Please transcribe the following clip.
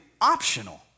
Optional